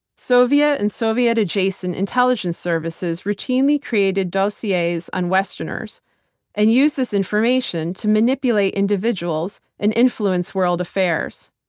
soviet and soviet-adjacent intelligence services routinely created dossiers on westerners and used this information to manipulate individuals and influence world affairs.